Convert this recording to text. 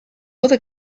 other